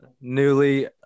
newly